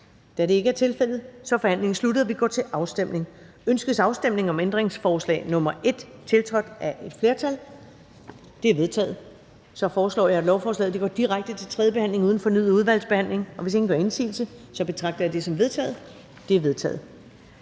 8, stillet og tiltrådt af de samme mindretal, bortfaldet. Ønskes afstemning om ændringsforslag nr. 9, tiltrådt af udvalget? Det er vedtaget. Jeg foreslår, at lovforslagene går direkte til tredje behandling uden fornyet udvalgsbehandling. Hvis ingen gør indsigelse, betragter jeg dette som vedtaget. Det er vedtaget.